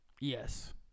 Yes